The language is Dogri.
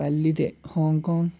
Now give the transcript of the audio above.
पैह्ली ते हांगकांग